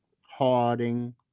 Harding